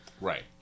Right